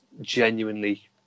genuinely